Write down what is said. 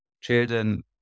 children